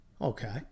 Okay